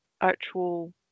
actual